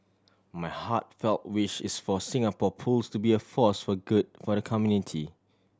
my heartfelt wish is for Singapore Pools to be a force for good for the community